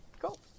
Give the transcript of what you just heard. cool